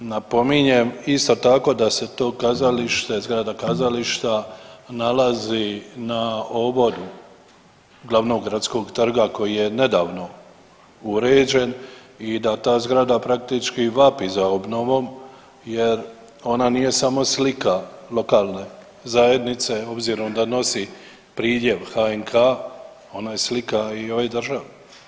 Napominjem isto tako da se to kazalište, zgrada kazališta nalazi na … glavnog gradskog trga koji je nedavno uređen i da ta zgrada praktički vapi za obnovom jer ona nije samo slika lokalne zajednice obzirom da nosi pridjev HNK, ona je slika i ove države.